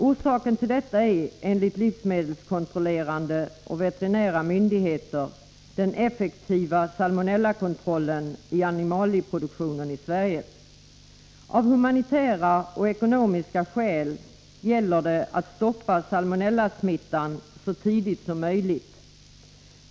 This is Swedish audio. Orsaken till detta är enligt livsmedelskontrollerande och veterinära myndigheter den effektiva salmonellakontrollen i animalieproduktionen i Sverige. Av humanitära och ekonomiska skäl gäller det att stoppa salmonellasmittan så tidigt som möjligt.